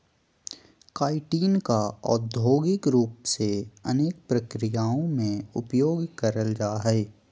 chitin का औद्योगिक रूप से अनेक प्रक्रियाओं में उपयोग करल जा हइ